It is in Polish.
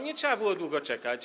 Nie trzeba było długo czekać.